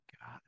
god